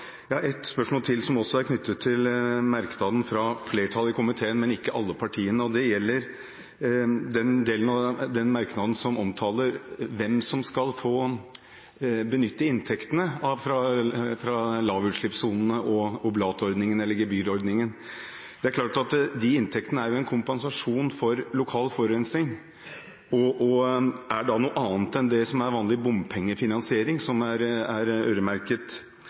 et spørsmål til, som også er knyttet til merknaden fra flertallet i komiteen, men ikke alle partiene, og det gjelder den merknaden som omtaler hvem som skal få benytte inntektene fra lavutslippssonene – oblatordningen eller gebyrordningen. Det er klart at de inntektene er en kompensasjon for lokal forurensning og da er noe annet enn det som er vanlig bompengefinansiering, som er øremerket